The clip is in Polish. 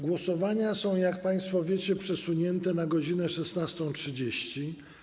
Głosowania są, jak państwo wiecie, przesunięte na godz. 16.30.